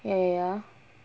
ya ya